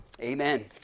Amen